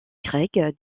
grec